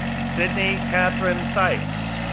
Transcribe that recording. sidney katharine sikes,